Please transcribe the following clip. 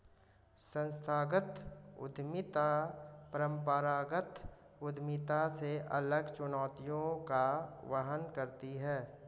संस्थागत उद्यमिता परंपरागत उद्यमिता से अलग चुनौतियों का वहन करती है